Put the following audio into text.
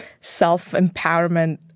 self-empowerment